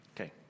Okay